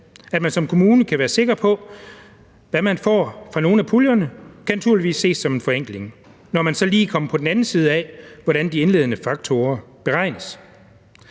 at man som kommune kan være sikker på, hvad man får fra nogle af puljerne, skal naturligvis ses som en forenkling, når man så lige kommer på den anden side af, hvordan de indledende faktorer beregnes.